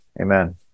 Amen